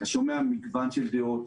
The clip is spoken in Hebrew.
אתה שומע מגוון של דעות,